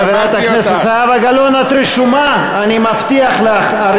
חברת הכנסת זהבה גלאון, את רשומה, אני מבטיח לך.